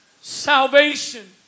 salvation